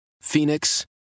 Phoenix